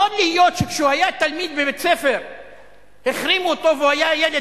יכול להיות שכשהוא היה תלמיד בבית-ספר החרימו אותו והוא היה "ילד